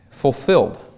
fulfilled